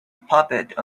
puppet